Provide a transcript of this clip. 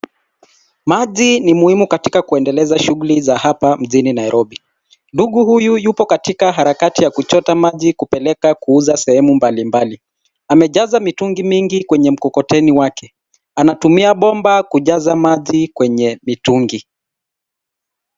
Maji ni muhimu katika kuendeleza shughuli za hapa mjini Nairobi. Ndugu huyu yupo katika harakati ya kuchota maji kupeleka kuuza sehemu mbalimbali. Amejaza mitungi mingi kwenye mkokoteni wake. Anatumia bomba kujaza maji kwenye mitungi.